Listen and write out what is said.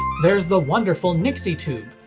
there's the wonderful nixie tube,